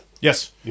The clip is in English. Yes